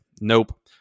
Nope